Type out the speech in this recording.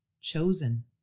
chosen